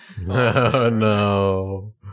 no